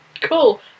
cool